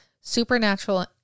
supernatural